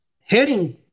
heading